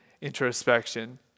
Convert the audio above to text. introspection